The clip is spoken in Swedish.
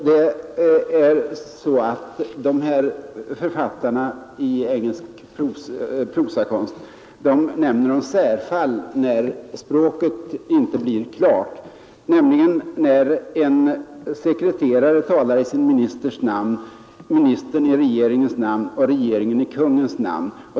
Dessa författare i engelsk prosakonst nämner ett särfall när språket inte blir klart, nämligen då en statssekreterare talar i sin ministers namn, ministern i regeringens namn och regeringen i kungens namn.